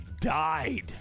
died